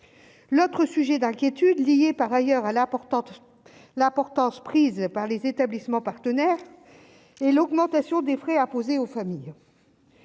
l'autre sujet d'inquiétude liée par ailleurs à l'importante l'importance prise par les établissements partenaires et l'augmentation des frais à poser aux familles